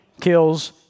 kills